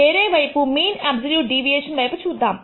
వేరే వైపుమీన్ absolute deviation వైపు చూద్దాము